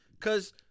Cause